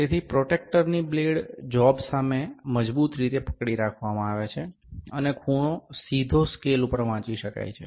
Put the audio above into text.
તેથી પ્રોટ્રેક્ટરની blade job સામે મજબૂત રીતે પકડી રાખવામાં આવે છે અને ખૂણો સીધો સ્કેલ ઉપર વાંચી શકાય છે